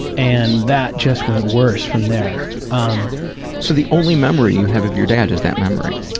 and that just went worse from there. um so the only memory you have of your dad is that memory?